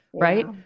Right